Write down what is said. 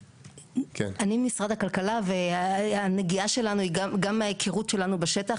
אני משרד הכלכלה והנגיעה שלנו היא גם מההיכרות שלנו בשטח